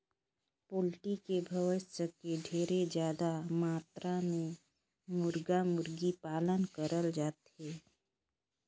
poultry के बेवसाय में ढेरे जादा मातरा में मुरगा, मुरगी पालन करल जाथे